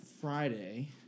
Friday